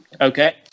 Okay